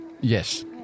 Yes